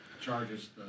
charges